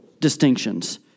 distinctions